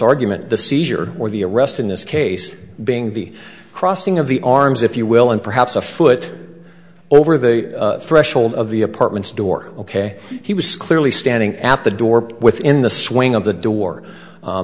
argument the seizure or the arrest in this case being the crossing of the arms if you will and perhaps a foot over the threshold of the apartment door ok he was clearly standing at the door within the swing of the door